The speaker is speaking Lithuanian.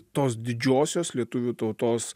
tos didžiosios lietuvių tautos